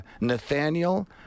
Nathaniel